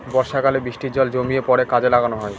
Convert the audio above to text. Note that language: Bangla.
বর্ষাকালে বৃষ্টির জল জমিয়ে পরে কাজে লাগানো হয়